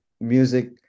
music